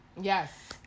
yes